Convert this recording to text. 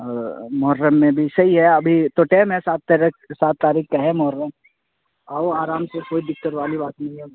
محرم میں بھی صحیح ہے ابھی تو ٹائم ہے سات سات تاریکھ کا ہے محرم آؤ آرام سے کوئی دکت والی بات نہیں ہے